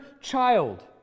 child